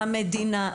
המדינה.